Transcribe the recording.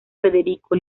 federico